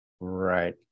Right